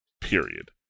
period